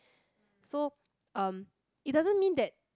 so um it doesn't mean that